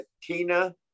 Tina